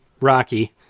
Rocky